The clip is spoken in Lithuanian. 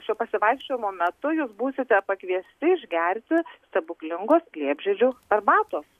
šio pasivaikščiojimo metu jūs būsite pakviesti išgerti stebuklingos liepžiedžių arbatos